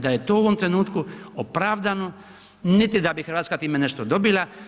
Da je to u ovom trenutku opravdano niti da bi Hrvatska time nešto dobila.